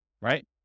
right